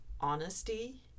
honesty